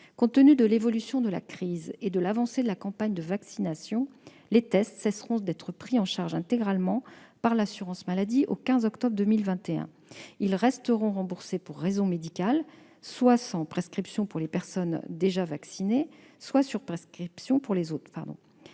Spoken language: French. Compte tenu de l'évolution de la crise et de l'avancée de la campagne de vaccination, les tests cesseront d'être pris en charge intégralement par l'assurance maladie au 15 octobre 2021. Ils resteront remboursés pour raison médicale, sans prescription pour les personnes déjà vaccinées, sur prescription pour les autres.